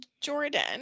Jordan